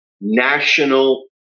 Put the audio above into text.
national